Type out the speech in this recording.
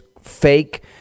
fake